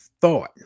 thought